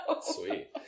Sweet